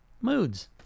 moods